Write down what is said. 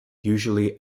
usually